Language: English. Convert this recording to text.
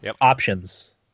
Options